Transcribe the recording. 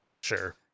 Sure